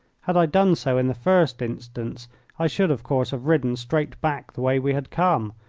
had i done so in the first instance i should, of course, have ridden straight back the way we had come,